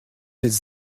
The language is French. êtes